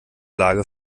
lage